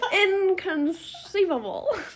Inconceivable